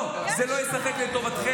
לא, זה לא ישחק לטובתכם.